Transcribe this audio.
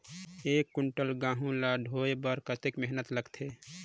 एक कुंटल गहूं ला ढोए बर कतेक मेहनत लगथे?